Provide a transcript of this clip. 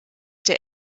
der